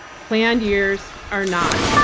planned years are not.